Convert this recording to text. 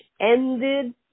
ended